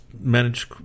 manage